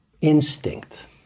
instinct